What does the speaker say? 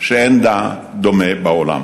שאין דומה לה בעולם.